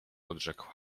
odrzekł